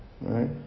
right